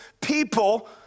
people